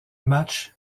match